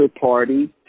Party